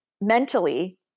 mentally